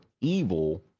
evil